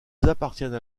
appartiennent